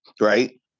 right